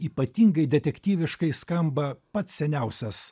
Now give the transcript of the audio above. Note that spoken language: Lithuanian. ypatingai detektyviškai skamba pats seniausias